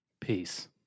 Peace